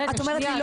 את אומרת לי 'לא,